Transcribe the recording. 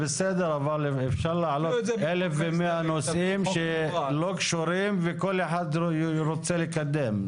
--- אפשר להעלות אלף ומאה נושאים שלא קשורים וכל אחד רוצה לקדם.